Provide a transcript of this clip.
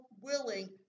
willing